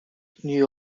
knew